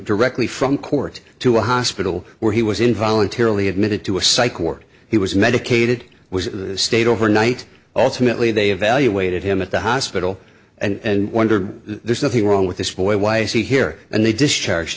directly from court to a hospital where he was in voluntarily admitted to a psych ward he was medicated was stayed overnight ultimately they evaluated him at the hospital and wondered there's nothing wrong with this boy why is he here and they discharge